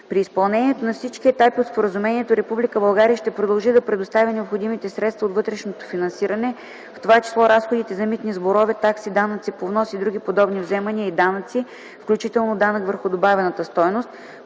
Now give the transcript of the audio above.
При изпълнението на всички етапи от споразумението Република България ще продължи да предоставя необходимите средства от вътрешното финансиране, в това число разходите за митни сборове, такси, данъци по внос или други подобни вземания и данъци (включително данък върху добавената стойност),